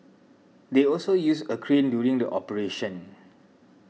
they also used a crane during the operation